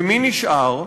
ומי נשאר?